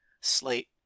Slate